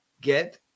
Get